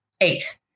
Eight